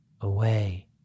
Away